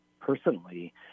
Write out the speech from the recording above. personally